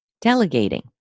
delegating